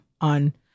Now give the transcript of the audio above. on